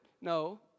No